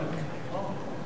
ההצעה להעביר את